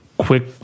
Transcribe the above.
quick